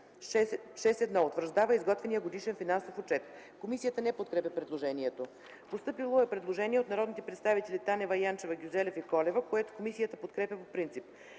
„6.1. утвърждава изготвения годишен финансов отчет;”. Комисията не подкрепя предложението. Постъпило е предложение от народните представители Танева, Янчева, Гюзелев и Колева, което комисията подкрепя по принцип.